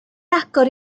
agor